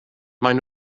maen